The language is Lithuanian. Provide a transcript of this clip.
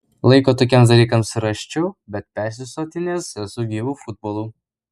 laiko tokiems dalykams rasčiau bet persisotinęs esu gyvu futbolu